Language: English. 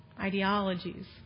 ideologies